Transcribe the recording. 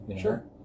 Sure